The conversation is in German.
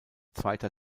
zweiter